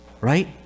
Right